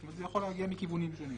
זאת אומרת שזה יכול להגיע מכיוונים שונים.